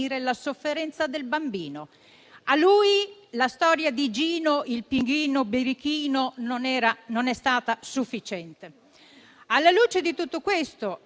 la sofferenza del bambino. Per lui la storia di Gino, il pinguino birichino, non è stata sufficiente. Alla luce di tutto questo